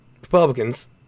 Republicans